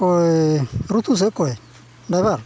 ᱚᱠᱚᱭ ᱨᱩᱛᱩ ᱥᱮ ᱚᱠᱚᱭ ᱰᱟᱭᱵᱷᱟᱨ